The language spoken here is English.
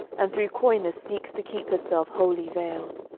and through coyness seeks to keep herself wholly veiled.